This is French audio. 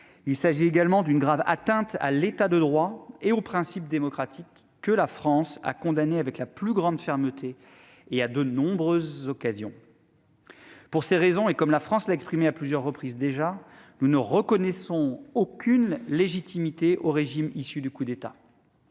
du 8 novembre 2020, une grave atteinte à l'État de droit et aux principes démocratiques, que la France a condamnée avec la plus grande fermeté, et ce à de nombreuses occasions. Pour ces raisons, comme la France l'a déjà exprimé à plusieurs reprises, nous ne reconnaissons aucune légitimité au régime issu du coup d'État.